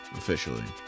officially